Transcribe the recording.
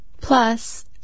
Plus